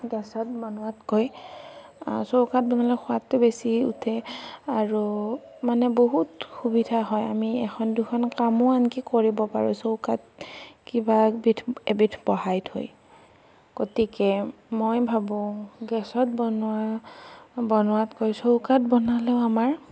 গেছত বনোৱাতকৈ চৌকাত বনালে সোৱাদটো বেছি উঠে আৰু মানে বহুত সুবিধা হয় আমি এখন দুখন কামো আনকি কৰিব পাৰোঁ চৌকাত কিবা একবিধ এবিধ বঢ়াই থৈ গতিকে মই ভাবোঁ গেছত বনোৱা বনোৱাতকৈ চৌকাত বনালেও আমাৰ